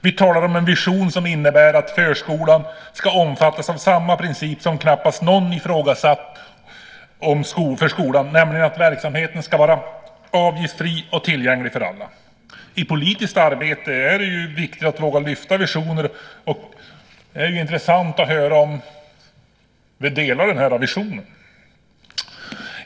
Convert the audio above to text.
Vi talar om en vision som innebär att förskolan ska omfattas av samma princip som knappast någon har ifrågasatt för skolan, nämligen att verksamheten ska vara avgiftsfri och tillgänglig för alla. I politiskt arbete är det viktigt att våga lyfta fram visioner, och det är intressant att höra om vi alla delar synen på den här visionen.